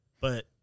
But-